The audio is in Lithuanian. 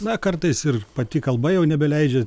na kartais ir pati kalba jau nebeleidžia